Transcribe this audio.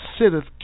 sitteth